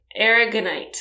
Aragonite